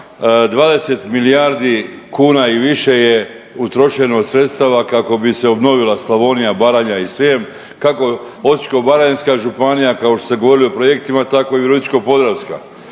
20 milijardi kuna i više je utrošeno sredstava kako bi se obnovila Slavonija, Baranja i Srijem kako Osječko-baranjska županija kao što se govorili o projektima tako i Virovitičko-podravska.